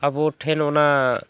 ᱟᱵᱚ ᱴᱷᱮᱱ ᱚᱱᱟ